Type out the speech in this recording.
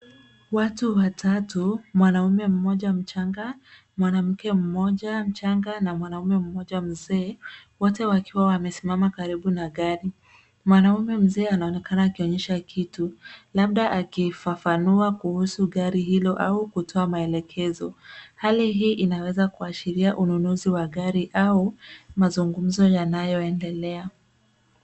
Watu watatu, mwanaume mmoja mchanga, mwanamke mmoja mchanga na mwanaume mmoja mzee, wote wakiwa wamesimama karibu na gari. Mwanaume mzee anaonekana akionyesha kitu, labda akifafanua kuhusu gari hilo au kutoa maelekezo. Hali hii inaweza kuashiria ununuzi wa gari au mazungumzo yanayoendelea.